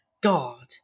god